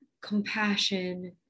compassion